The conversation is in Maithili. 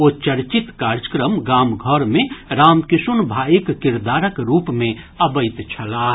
ओ चर्चित कार्यक्रम गाम घर मे रामकिशुन भाईक किरदारक रूप मे अबैत छलाह